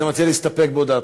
אתה מציע להסתפק בהודעתך?